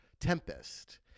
Tempest